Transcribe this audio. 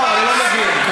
אדוני היושב-ראש, שאלה קשה.